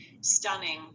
stunning